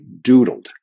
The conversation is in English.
doodled